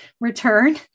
return